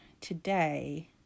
today